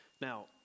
Now